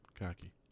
cocky